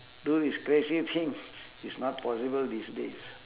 do these crazy thing is not possible these days